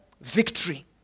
victory